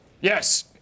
Yes